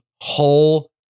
whole